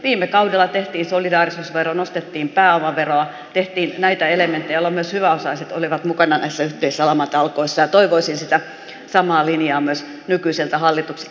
viime kaudella tehtiin solidaarisuusvero nostettiin pääomaveroa tehtiin näitä elementtejä joilla myös hyväosaiset olivat mukana näissä yhteisissä lamatalkoissa ja toivoisin sitä samaa linjaa myös nykyiseltä hallitukselta